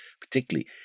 particularly